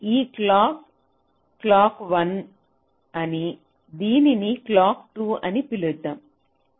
ఈ clock clock 1 అని దీనిని క్లాక్ 2 అని పిలుద్దాం